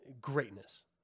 greatness